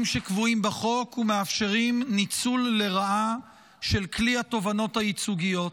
שקבועים בחוק ומאפשרים ניצול לרעה של כלי התובענות הייצוגיות,